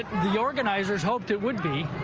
the organizers hoped it would be,